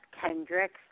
Kendricks